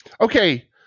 okay